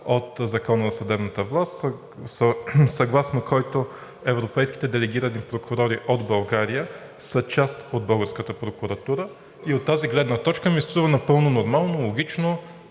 от Закона за съдебната власт, съгласно който европейските делегирани прокурори от България са част от българската прокуратура и от тази гледна точка ми се струва напълно нормално, логично